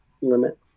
limit